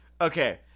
Okay